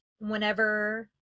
whenever